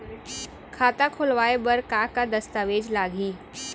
खाता खोलवाय बर का का दस्तावेज लागही?